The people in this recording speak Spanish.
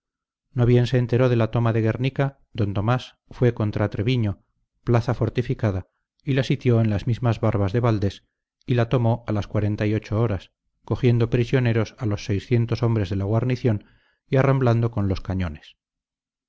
no bien se enteró de la toma de guernica d tomás fue contra treviño plaza fortificada y la sitió en las mismas barbas de valdés y la tomó a las cuarenta y ocho horas cogiendo prisioneros a los seiscientos hombres de la guarnición y arramblando con los cañones